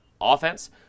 offense